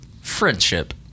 friendship